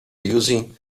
using